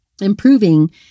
improving